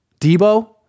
Debo